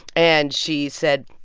and she said,